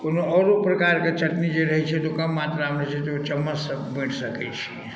कोनो आरो प्रकारके चटनी जे रहैत छै तऽ ओ कम मात्रामे रहैत छै ओहि चम्मचसँ बाटि सकैत छी